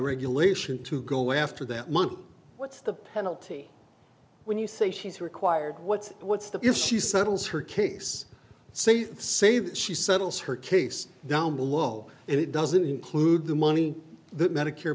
regulation to go after that money what's the penalty when you say she's required what's what's the if she settles her case say say that she settles her case down below and it doesn't include the money that medicare